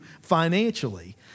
financially